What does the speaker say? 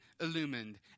illumined